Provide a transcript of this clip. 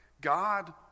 God